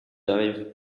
arrive